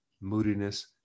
moodiness